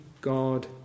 God